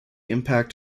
impact